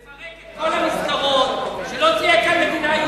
לפרק את כל המסגרות, שלא תהיה כאן מדינה יהודית.